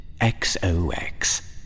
XOX